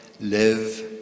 live